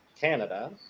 Canada